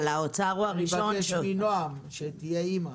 אני מבקש מנעם דן שתהיה אימא,